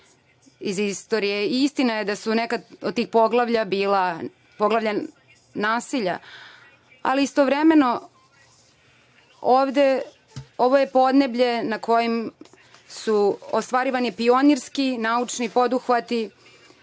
iz istorije. Istina je da su neka od tih poglavlja bila poglavlja nasilja. Ali, istovremeno ovo je podneblje na kojima su ostvarivani pionirski naučni poduhvati